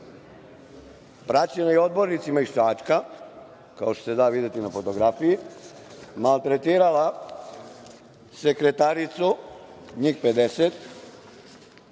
praćena i odbornicima iz Čačka, kao što se da videti na fotografiji, maltretirala sekretaricu, njih 50,